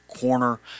corner